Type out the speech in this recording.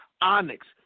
Onyx